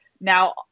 now